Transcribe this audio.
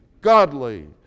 godly